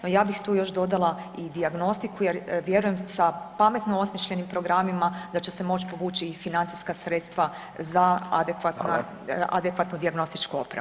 No, ja bih tu još dodala i dijagnostiku, jer vjerujem sa pametno osmišljenim programima da će se moći povući i financijska sredstva za adekvatnu dijagnostičku opremu.